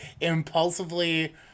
impulsively